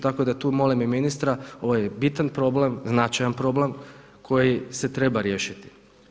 Tako da tu molim i ministar ovo je bitan problem, značajan problem koji se treba riješiti.